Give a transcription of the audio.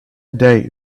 day